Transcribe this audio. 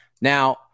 Now